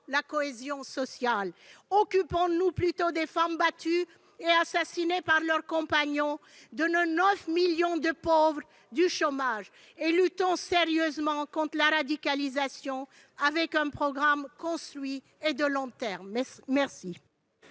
la cohésion sociale. Occupons-nous plutôt des femmes battues et assassinées par leurs compagnons, de nos 9 millions de pauvres, ou encore du chômage, et luttons sérieusement contre la radicalisation avec un programme construit et de long terme !